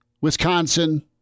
Wisconsin